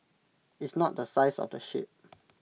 it's not the size of the ship